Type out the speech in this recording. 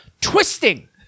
twisting